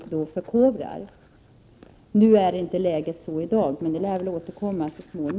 Varför inte i